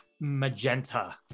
magenta